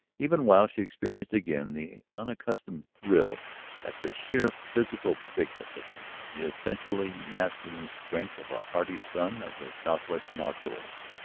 even while she experienced again the unaccustomed thrill at the sheer physical bigness of him, the essentially masculine strength of a hardy son of the southwestern outdoors.